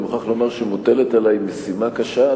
אני מוכרח לומר שמוטלת עלי משימה קשה,